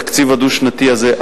בתקציב הדו-שנתי הזה,